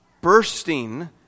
bursting